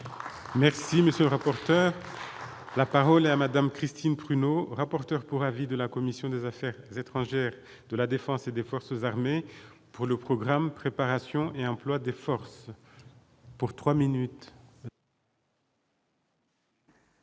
Merci, monsieur le rapporteur. La parole est à madame Christine Pruneau, rapporteur pour avis de la commission des Affaires étrangères de la Défense et des forces armées pour le programme de préparation et employes des forces pour 3 minutes.